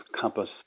compass